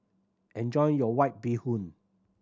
enjoy your White Bee Hoon